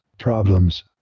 problems